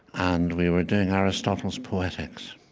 and we were doing aristotle's poetics,